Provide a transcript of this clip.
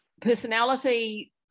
personality